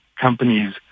companies